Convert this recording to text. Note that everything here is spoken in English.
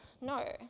No